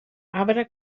arbre